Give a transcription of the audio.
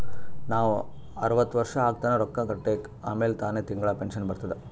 ನಾವ್ ಅರ್ವತ್ ವರ್ಷ ಆಗತನಾ ರೊಕ್ಕಾ ಕಟ್ಬೇಕ ಆಮ್ಯಾಲ ತಾನೆ ತಿಂಗಳಾ ಪೆನ್ಶನ್ ಬರ್ತುದ್